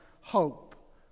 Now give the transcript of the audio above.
hope